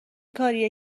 کاریه